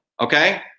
okay